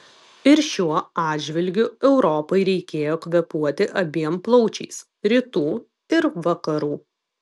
ir šiuo atžvilgiu europai reikėjo kvėpuoti abiem plaučiais rytų ir vakarų